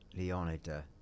Leonida